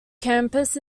campus